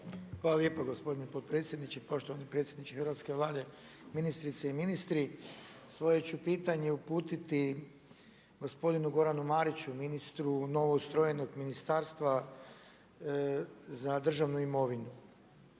Hvala lijepo gospodine potpredsjedniče, poštovani predsjedniče hrvatske Vlade, ministrice i ministri. Svoje ću pitanje uputiti gospodinu Goranu Mariću ministru novoustrojenog Ministarstva za državnu imovinu.